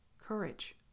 Courage